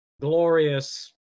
glorious